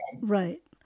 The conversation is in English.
Right